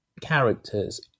characters